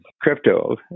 crypto